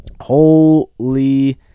Holy